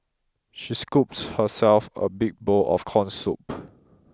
she scooped herself a big bowl of corn soup